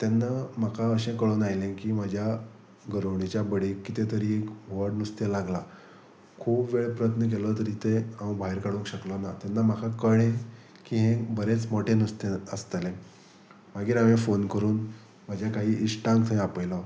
तेन्ना म्हाका अशें कळोन आयलें की म्हाज्या घरोवणेच्या बडीक कितें तरी एक व्हड नुस्तें लागलां खूब वेळ प्रयत्न केलो तरी तें हांव भायर काडूंक शकलो ना तेन्ना म्हाका कळळें की हें बरेंच मोटें नुस्तें आसतलें मागीर हांवे फोन करून म्हाज्या काही इश्टांक थंय आपयलो